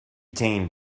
jane